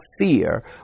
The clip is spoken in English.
fear